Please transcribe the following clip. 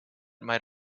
might